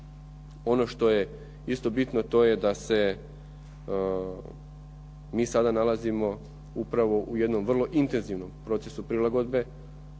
Ono što je isto bitno to je da se mi sada nalazimo upravo u jednom vrlo intenzivnom procesu prilagodbe,